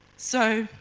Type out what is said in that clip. so,